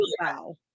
wow